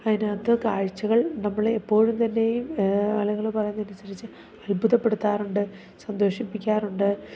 അപ്പോൾ അതിനകത്ത് കാഴ്ച്ചകൾ നമ്മളെ എപ്പോഴും തന്നെയും ആളുകൾ പറയുന്നതനുസരിച്ച് അത്ഭുതപ്പെടുത്താറുണ്ട് സന്തോഷിപ്പിക്കാറുണ്ട്